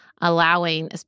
allowing